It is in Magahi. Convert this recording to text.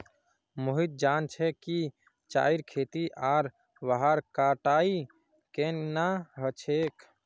मोहित जान छ कि चाईर खेती आर वहार कटाई केन न ह छेक